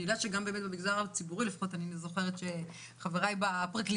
ואני זוכרת שגם חבריי בפרקליטות